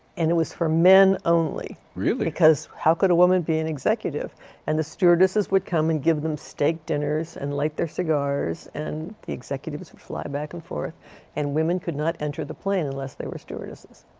and it was for men only because how could a woman be an executive and the stewardesses would come and give them steak dinners and light their cigars and the executives would fly back and forth and women could not enter the plane unless they were stewardesses.